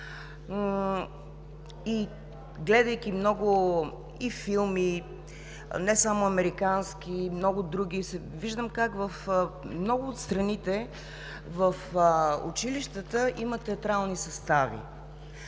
Гледайки много филми – не само американски, много други, виждам как в много от страните в училищата има театрални състави.